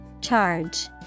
Charge